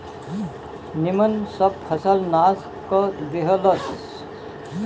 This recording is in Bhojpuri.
निमन सब फसल नाश क देहलस